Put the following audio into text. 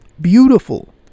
beautiful